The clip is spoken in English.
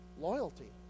Loyalty